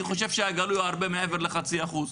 אני חושב שהגלוי הוא הרבה מעבר לחצי אחוז.